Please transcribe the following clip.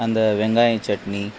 அந்த வெங்காய சட்னி